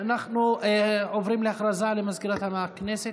אנחנו עוברים להודעה לסגנית מזכיר הכנסת.